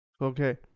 Okay